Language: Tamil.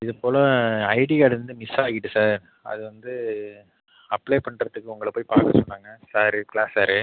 இது போல ஐடி கார்டு வந்து மிஸ்ஸாகிட்டு சார் அது வந்து அப்ளை பண்ணுறதுக்கு உங்களை போய் பார்க்க சொன்னாங்க சார் க்ளாஸ் சார்